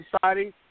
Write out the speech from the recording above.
Society